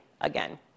again